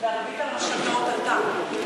והריבית על המשכנתאות עלתה.